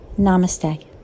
Namaste